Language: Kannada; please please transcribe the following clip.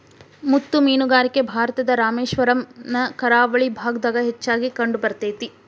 ಮುತ್ತು ಮೇನುಗಾರಿಕೆ ಭಾರತದ ರಾಮೇಶ್ವರಮ್ ನ ಕರಾವಳಿ ಭಾಗದಾಗ ಹೆಚ್ಚಾಗಿ ಕಂಡಬರ್ತೇತಿ